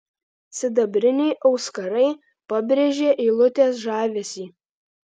sidabriniai auskarai pabrėžė eilutės žavesį